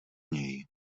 něj